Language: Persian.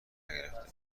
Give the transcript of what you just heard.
نگرفته